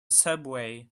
subway